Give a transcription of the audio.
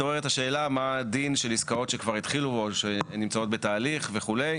מתעוררת השאלה מה הדין של עסקאות שכבר התחילו או שנמצאות בתהליך וכולה.